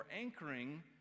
anchoring